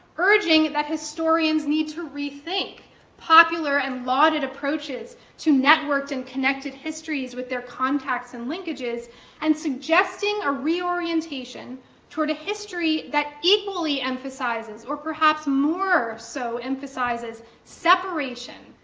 urging that historians need to rethink popular and lauded approaches to networked and connected histories with their contacts and linkages and suggesting a reorientation toward a history that equally emphasizes, or perhaps moreso so emphasizes separation,